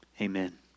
amen